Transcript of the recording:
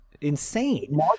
insane